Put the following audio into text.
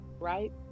Right